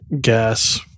gas